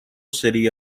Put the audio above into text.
city